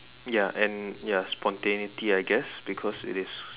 ya and ya spontaneity I guess because it is